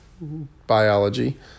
biology